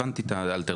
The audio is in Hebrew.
הבנתי את האלטרנטיבות.